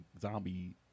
zombie